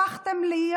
הפכתם להיות,